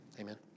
amen